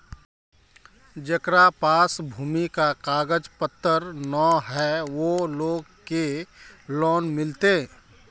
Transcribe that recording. जेकरा पास भूमि का कागज पत्र न है वो लोग के लोन मिलते?